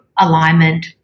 alignment